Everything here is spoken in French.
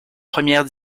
première